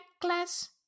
class